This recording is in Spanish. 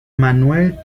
manuel